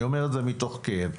אני אומר את זה מתוך כאב.